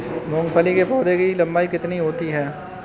मूंगफली के पौधे की लंबाई कितनी होती है?